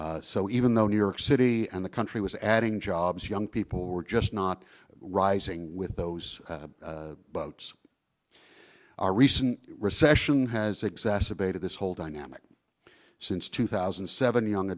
so even though new york city and the country was adding jobs young people were just not rising with those boats our recent recession has exacerbated this whole dynamic since two thousand and seven young